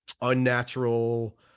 unnatural